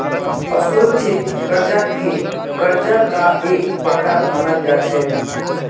असुरिक्षित कर्जाक भी कर्जार का एक प्रकार मनाल जा छे